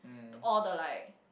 to all the like